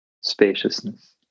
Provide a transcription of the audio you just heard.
spaciousness